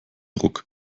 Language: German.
ruck